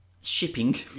shipping